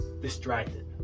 distracted